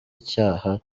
icyaha